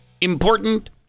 important